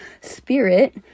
spirit